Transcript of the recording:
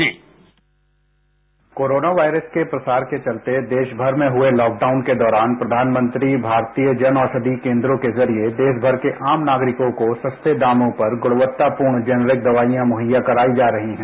sound bite corona virus के प्रसार के चलते देशमर में हुए लॉकडाउन के दौरान प्रधानमंत्री भारतीय जन औषधि केन्द्रों के जरिये देशमर के आम नागरिकों को सस्ते दामों पर गुणवत्तापूर्ण जैनरिक दवाइयां मुहैया कराई जा रही है